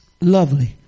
lovely